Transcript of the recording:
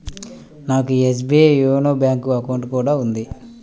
నాకు SBI YONO bank account కూడా ఉంది